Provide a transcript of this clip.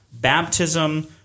baptism